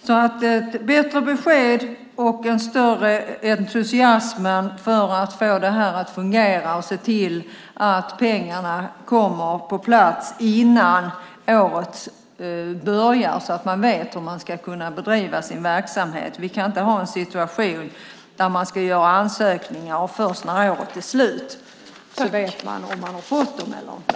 Vi behöver bättre besked och större entusiasm för att få detta att fungera. Se till att pengarna kommer på plats innan året börjar så att man vet hur man ska kunna bedriva sin verksamhet! Vi kan inte ha en situation där man ska göra ansökningar och först veta när året är slut om man har fått pengarna eller inte.